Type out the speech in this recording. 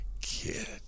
Kid